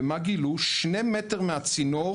ומה גילו שני מטר מהצינור?